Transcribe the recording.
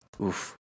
Oof